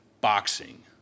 boxing